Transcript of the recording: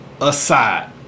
aside